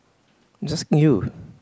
it's asking you